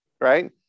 right